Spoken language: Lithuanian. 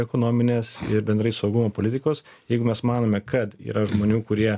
ekonominės ir bendrai saugumo politikos jeigu mes manome kad yra žmonių kurie